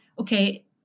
okay